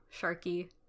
sharky